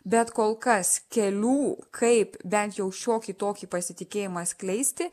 bet kol kas kelių kaip bent jau šiokį tokį pasitikėjimą skleisti